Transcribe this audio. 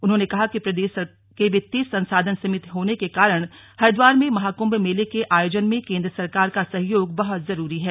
उन्होंने कहा कि प्रदेश के वित्तीय संसाधन सीमित होने के कारण हरिद्वार में महाकुम्भ मेला के आयोजन में केंद्र सरकार का सहयोग बहुत जरूरी है